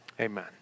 amen